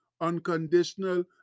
unconditional